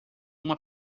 uma